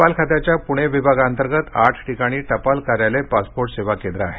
टपाल खात्याच्या पुणे विभागाअंतर्गत आठ ठिकाणी टपाल कार्यालय पासपोर्ट सेवा केंद्र आहेत